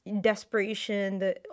desperation